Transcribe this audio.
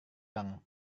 bank